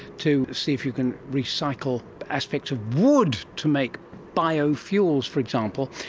to see if you can recycle aspects of wood to make biofuels, for example,